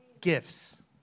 gifts